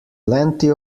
plenty